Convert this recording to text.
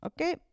okay